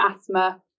asthma